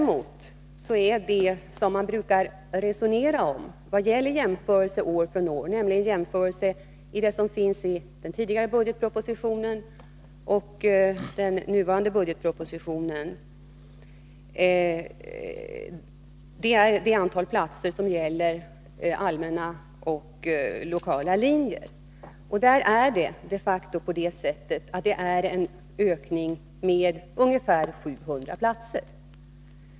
Vad man däremot brukar resonera om när det gäller jämförelser år från år — eller som i det här fallet mellan vad som sägs i den tidigare budgetpropositionen och vad som sägs i årets budgetproposition — är antalet platser för allmänna och lokala linjer. De facto är det här fråga om en ökning med ungefär 700 platser.